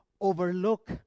overlook